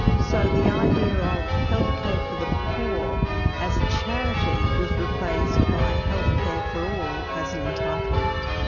so the idea of health care for the poor as a charity was replaced by health care for all as an entitlement.